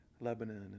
Lebanon